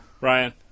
Ryan